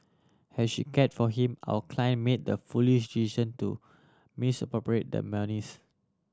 has she cared for him our client made the foolish decision to misappropriate the monies